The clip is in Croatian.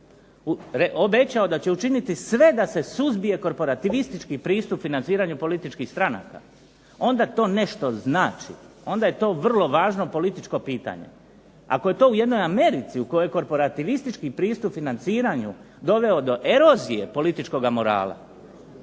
obećao da će učiniti sve da se suzbije korporativistički pristup financiranju političkih stranaka, onda to nešto znači, onda je to vrlo važno političko pitanje. Ako je to u jednoj Americi u kojoj je korporativistički pristup financiranju doveo do erozije političkoga morala